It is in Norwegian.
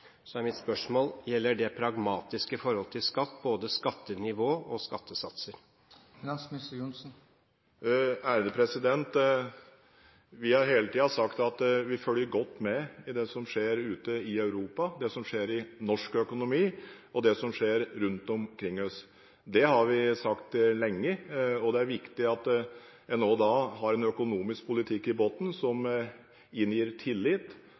gjelder det pragmatiske forholdet til skatt både skattenivåer og skattesatser? Vi har hele tiden sagt at vi følger godt med på det som skjer ute i Europa, det som skjer i norsk økonomi, og det som skjer rundt omkring oss. Det har vi sagt lenge, og det er viktig at man da også har en økonomisk politikk i bunnen som inngir tillit,